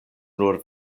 nur